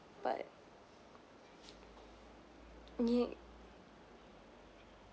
but yeah